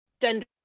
gender